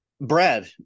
Brad